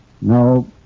No